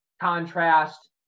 contrast